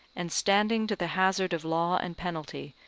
and standing to the hazard of law and penalty,